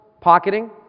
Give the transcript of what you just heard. pocketing